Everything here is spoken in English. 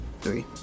three